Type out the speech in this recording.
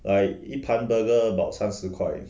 like 一盘 burger about 三十块